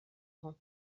grand